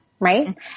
Right